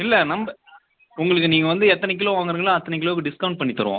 இல்லை நம்ம உங்களுக்கு நீங்கள் வந்து எத்தனை கிலோ வாங்குகிறீங்களோ அத்தனை கிலோவுக்கு டிஸ்கவுண்ட் பண்ணி தருவோம்